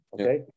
okay